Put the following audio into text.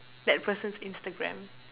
that person's Instagram